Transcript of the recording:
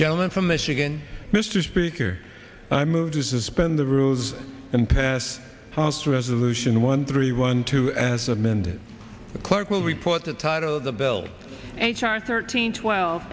gentleman from michigan mr speaker i move to suspend the rules and pass the house resolution one three one two as amended the clerk will report the title of the bill h r thirteen twelve